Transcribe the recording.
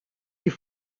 die